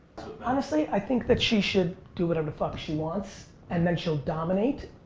honestly, i think that she should do whatever the fuck she wants and then she'll dominate.